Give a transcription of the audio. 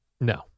No